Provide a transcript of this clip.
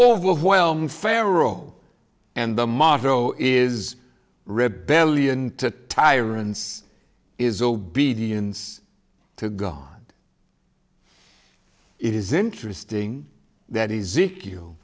overwhelm pharaoh and the motto is rebellion to tyrants is obedience to god it is interesting that is